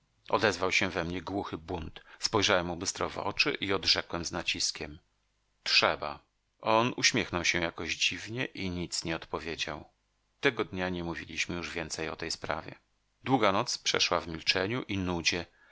odezwał się we mnie głuchy bunt spojrzałem mu bystro w oczy i odrzekłem z naciskiem trzeba on uśmiechnął się jakoś dziwnie i nic nie odpowiedział tego dnia nie mówiliśmy już więcej o tej sprawie długa noc przeszła w milczeniu i nudzie